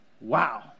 Wow